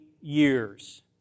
years